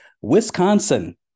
Wisconsin